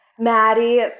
Maddie